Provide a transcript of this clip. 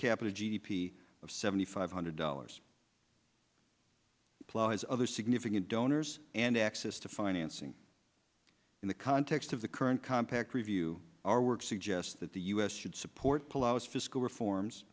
capita g d p of seventy five hundred dollars plus other significant donors and access to financing in the context of the current compact review our work suggests that the us should support palau's fiscal reforms